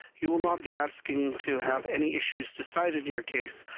you will not be asking to have any issues decided in your case,